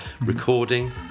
Recording